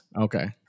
Okay